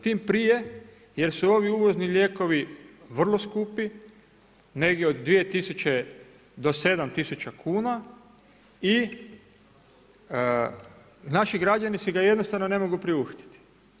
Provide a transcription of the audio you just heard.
Tim prije jer su ovi uvozni lijekovi vrlo skupi, negdje od 2000 do 7000 kuna i naši građani si ga jednostavno ne mogu priuštiti.